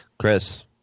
Chris